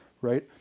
right